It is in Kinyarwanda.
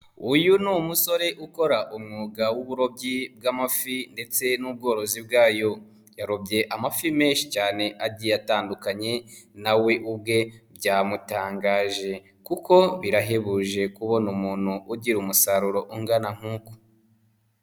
Uyu ni umusore ukora umwuga w'uburobyi bw'amafi ndetse n'ubworozi bwayo, yarobye amafi menshi cyane agiye atandukanye na we ubwe byamutangaje kuko birahebuje kubona umuntu ugira umusaruro ungana nk'uku.